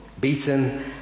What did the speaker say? beaten